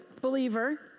believer